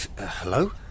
Hello